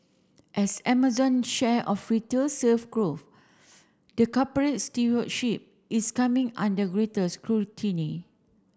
as Amazon share of retail sales grows the corporate stewardship is coming under greater scrutiny